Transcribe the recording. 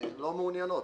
לא מעוניינות.